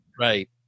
Right